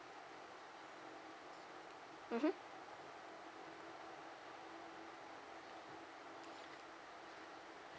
mmhmm